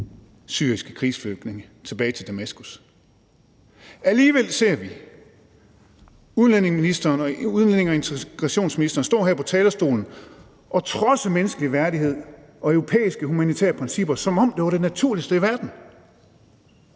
syriske krigsflygtninge tilbage til Damaskus. Alligevel ser vi udlændinge- og integrationsministeren stå her på talerstolen og trodse menneskelig værdighed og europæiske humanitære principper, som om det var det naturligste i verden,